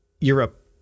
europe